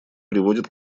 приводят